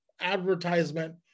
advertisement